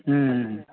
ಹ್ಞೂ ಹ್ಞೂ ಹ್ಞೂ